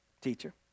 teacher